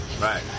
Right